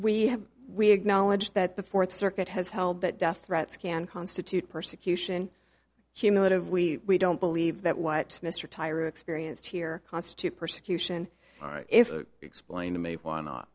we have we acknowledge that the fourth circuit has held that death threats can constitute persecution humility of we don't believe that what mr tire experienced here constitute persecution if explain to me why not